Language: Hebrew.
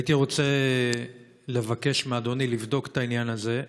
הייתי רוצה לבקש מאדוני לבדוק את העניין הזה,